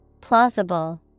Plausible